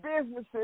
businesses